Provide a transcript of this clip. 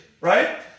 right